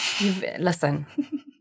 Listen